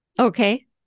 Okay